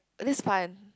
oh this fun